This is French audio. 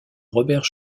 robert